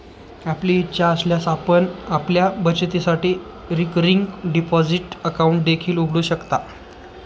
आपली इच्छा असल्यास आपण आपल्या बचतीसाठी रिकरिंग डिपॉझिट अकाउंट देखील उघडू शकता